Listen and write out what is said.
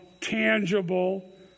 tangible